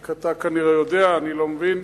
רק אתה, כנראה, יודע, אני לא מבין.